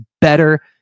better